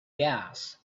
gas